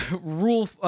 rule